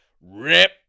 rip